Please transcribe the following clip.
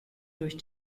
durch